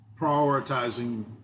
prioritizing